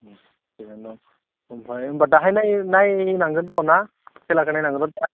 थिगआनो दं ओमफ्राय होनबा दाहाय नायहैनांगोन र' ना खेलाखौ नायनांगोन ना